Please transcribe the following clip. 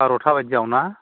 बार'था बायदियाव ना